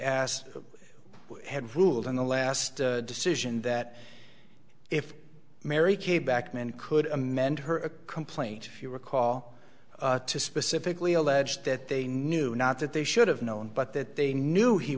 asked had ruled in the last decision that if mary kay backman could amend her a complaint if you recall to specifically allege that they knew not that they should have known but that they knew he